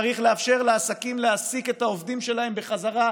צריך לאפשר לעסקים להעסיק את העובדים שלהם בחזרה,